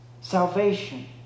Salvation